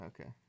Okay